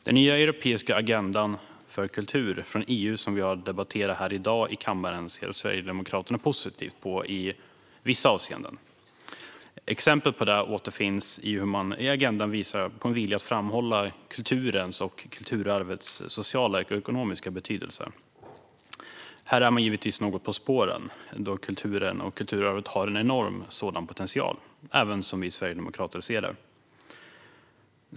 Den nya europeiska agendan för kultur från EU, som vi debatterar här i dag i kammaren, ser Sverigedemokraterna positivt på i vissa avseenden. Exempel på det återfinns i hur man i agendan visar på en vilja att framhålla kulturens och kulturarvets sociala och ekonomiska betydelse. Här är man givetvis något på spåren, då kulturen och kulturarvet har en enorm sådan potential även som vi sverigedemokrater ser det.